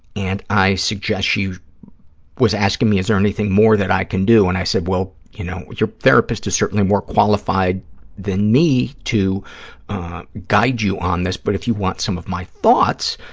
and i suggested, she was asking me, is there anything more that i can do, and i said, well, you know, your therapist is certainly more qualified than me to guide you on this, but if you want some of my thoughts,